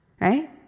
right